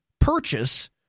purchase